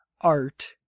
art